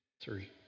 three